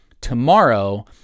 tomorrow